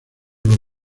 los